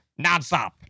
nonstop